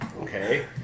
Okay